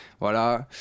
voilà